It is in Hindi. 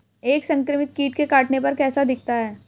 एक संक्रमित कीट के काटने पर कैसा दिखता है?